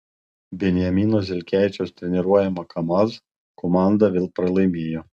benjamino zelkevičiaus treniruojama kamaz komanda vėl pralaimėjo